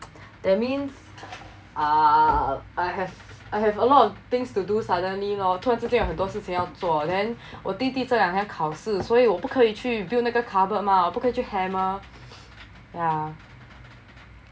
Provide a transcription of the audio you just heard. that means uh I have I have a lot of things to do suddenly lor 突然之间有很多事情要做 then 我弟弟这两天考试所以我不可以去 build 那个 cupboard mah 不可以去 hammer